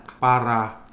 para